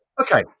Okay